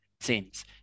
teams